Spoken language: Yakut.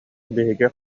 биһиги